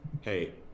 hey